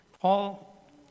Paul